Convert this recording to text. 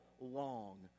long